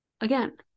again